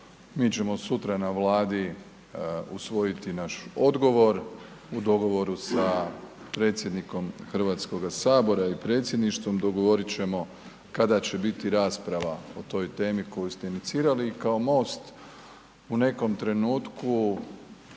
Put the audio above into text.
Mi ćemo sutra na Vladi usvojiti naš odgovor u dogovoru sa predsjednikom HS ili predsjedništvom dogovorit ćemo kada će biti rasprava o toj temi koju ste inicirali i kao Most u nekom trenutku,